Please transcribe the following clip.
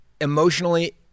emotionally